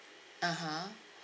ah ha